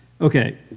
Okay